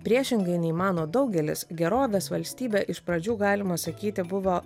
priešingai nei mano daugelis gerovės valstybė iš pradžių galima sakyti buvo